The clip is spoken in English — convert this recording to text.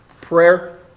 Prayer